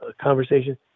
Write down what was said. conversation